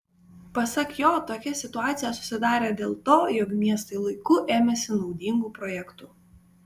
pasak jo tokia situacija susidarė dėl to jog miestai laiku ėmėsi naudingų projektų